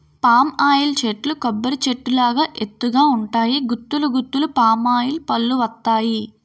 palm oil చెట్లు కొబ్బరి చెట్టు లాగా ఎత్తు గ ఉంటాయి గుత్తులు గుత్తులు పామాయిల్ పల్లువత్తాయి